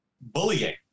bullying